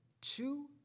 two